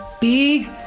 big